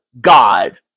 God